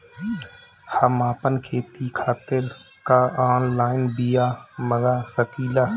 हम आपन खेती खातिर का ऑनलाइन बिया मँगा सकिला?